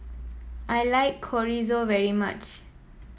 I like Chorizo very much